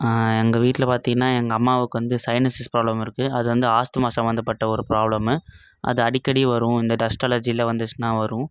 எங்கள் வீட்டில் பார்த்தீங்கன்னா எங்கள் அம்மாவுக்கு வந்து சைனஸிஸ் ப்ராப்ளம் இருக்கு அதில் வந்து ஆஸ்துமா சம்மந்தப்பட்ட ஒரு ப்ராப்ளம்மு அது அடிக்கடி வரும் இந்த டஸ்ட் அலர்ஜியில வந்துச்சுனா வரும்